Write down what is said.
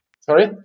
Sorry